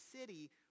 city